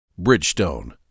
Bridgestone